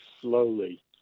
slowly